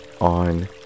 on